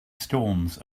storms